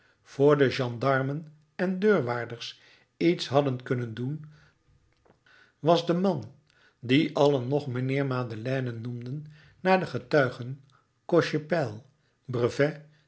vr de gendarmen en deurwaarders iets hadden kunnen doen was de man dien allen nog mijnheer madeleine noemden naar de getuigen cochepaille brevet